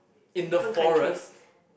in the forest